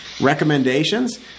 Recommendations